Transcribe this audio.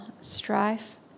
strife